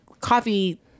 coffee